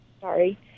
Sorry